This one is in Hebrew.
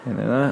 אני מוותרת.